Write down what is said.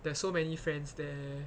there's so many friends there